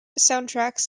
soundtracks